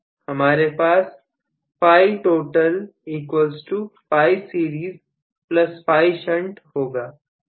हमारे पास φφφ होगा